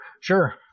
Sure